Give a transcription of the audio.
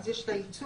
אז יש את הייצור,